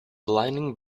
blinding